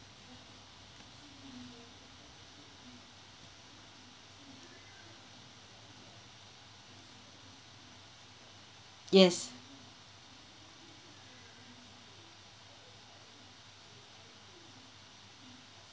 yes